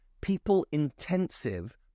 people-intensive